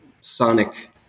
Sonic